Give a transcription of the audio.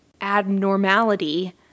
abnormality